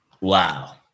Wow